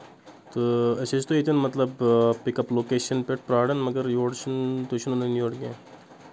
تہٕ أسۍ حظ تُہۍ ییٚتؠن مطلب پِک لوکیشَن پؠٹھ پیاران مگر یور چھُنہٕ تُہۍ چھُنہٕ اَنان یور کیٚنٛہہ